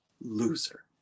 loser